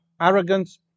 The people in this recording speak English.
arrogance